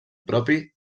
propi